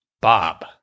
Bob